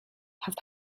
have